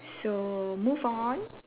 so move on